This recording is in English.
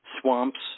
swamps